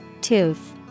Tooth